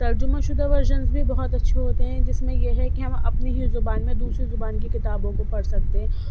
ترجمہ شدہ ورژنس بھی بہت اچھے ہوتے ہیں جس میں یہ ہے کہ ہم اپنی ہی زبان میں دوسری زبان کی کتابوں کو پڑھ سکتے ہیں